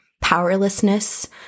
powerlessness